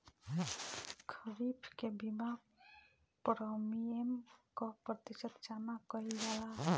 खरीफ के बीमा प्रमिएम क प्रतिशत जमा कयील जाला?